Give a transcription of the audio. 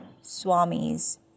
Swami's